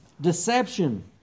Deception